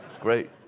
great